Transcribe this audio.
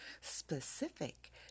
specific